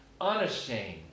unashamed